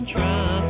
Try